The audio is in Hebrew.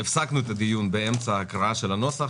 הפסקנו אותו באמצע ההקראה של הנוסח.